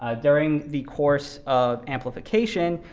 ah during the course of amplification,